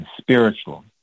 spiritual